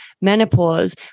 menopause